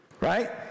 right